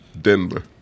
Denver